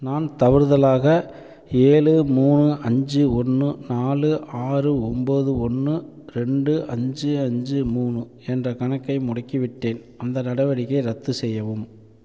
நான் தவறுதலாக ஏழு மூணு அஞ்சு ஒன்று நாலு ஆறு ஒம்போது ஒன்று ரெண்டு அஞ்சு அஞ்சு மூணு என்ற கணக்கை முடக்கிவிட்டேன் அந்த நடவடிக்கையை ரத்து செய்யவும்